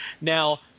now